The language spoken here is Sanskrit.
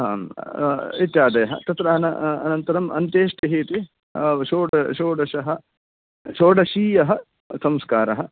इत्यादयः तत्र अनन्तरम् अन्त्येष्टिः इति षोडशः षोडशीयः संस्कारः